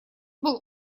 был